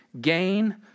gain